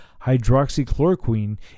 hydroxychloroquine